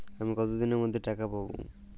আমি কতদিনের মধ্যে টাকা পাবো?